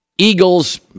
Eagles